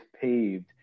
paved